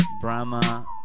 Brahma